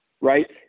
right